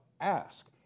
ask